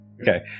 Okay